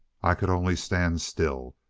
i could only stand still.